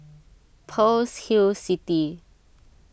Pearl's Hill City